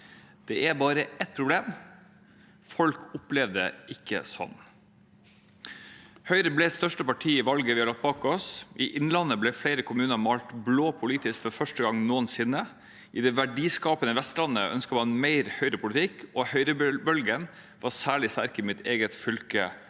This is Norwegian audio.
Det er bare et problem: Folk opplever det ikke sånn. Høyre ble største parti i valget vi har lagt bak oss. I Innlandet ble flere kommuner politisk malt blå for første gang noensinne. I det verdiskapende Vestlandet ønsker man mer Høyre-politikk, og høyrebølgen var særlig sterk i mitt eget fylke,